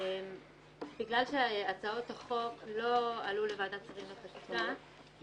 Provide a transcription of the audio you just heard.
בגלל שהצעות החוק לא עלו לוועדת השרים לחקיקה,